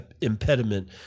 impediment